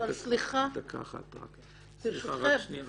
ברשותכם,